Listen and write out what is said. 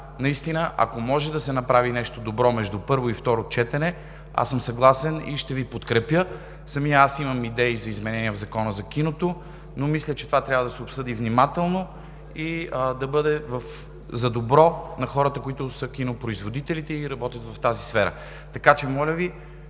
Наистина, ако може да се направи нещо добро между първо и второ четене, аз съм съгласен и ще Ви подкрепя. Самият аз имам идеи за изменения в Закона за киното, но мисля, че това трябва да се обсъди внимателно и да бъде за доброто на хората, които са кинопроизводителите, и работят в тази сфера. Моля Ви,